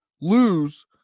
lose